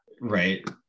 Right